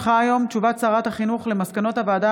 כמו כן הונחה היום הודעת שרת החינוך על מסקנות הוועדה